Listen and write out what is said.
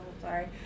Sorry